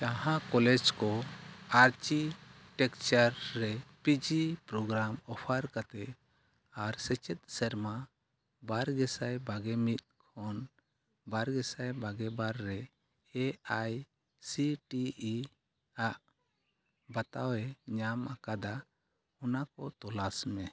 ᱡᱟᱦᱟᱸ ᱠᱚᱞᱮᱡᱽ ᱠᱚ ᱟᱨᱪᱤᱴᱮᱠᱪᱟᱨ ᱨᱮ ᱯᱤᱡᱤ ᱯᱨᱳᱜᱨᱟᱢ ᱚᱯᱷᱟᱨ ᱠᱟᱛᱮᱫ ᱟᱨ ᱥᱮᱪᱮᱫ ᱥᱮᱨᱢᱟ ᱵᱟᱨ ᱜᱮᱥᱟᱭ ᱵᱟᱜᱮ ᱢᱤᱫ ᱠᱷᱚᱱ ᱵᱟᱨ ᱜᱮᱥᱟᱭ ᱵᱟᱜᱮ ᱵᱟᱨ ᱨᱮ A I C T E ᱟᱜ ᱵᱟᱛᱟᱣᱮ ᱧᱟᱢ ᱟᱠᱟᱫᱟ ᱚᱱᱟᱠᱚ ᱛᱚᱞᱟᱥᱢᱮ